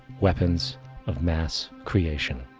weapons of mass creation